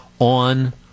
on